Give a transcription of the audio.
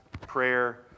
prayer